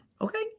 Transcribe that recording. Okay